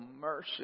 mercy